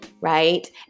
right